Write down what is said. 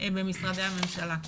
במשרדי הממשלה.